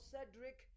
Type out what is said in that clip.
Cedric